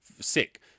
sick